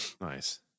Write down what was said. Nice